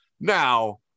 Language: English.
now